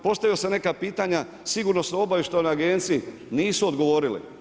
Postavio sam neka pitanja Sigurnosno-obavještajnoj agenciji, nisu odgovorili.